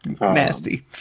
Nasty